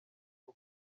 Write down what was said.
bwo